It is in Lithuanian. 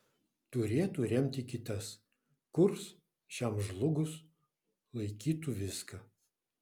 turėtų remti kitas kurs šiam žlugus laikytų viską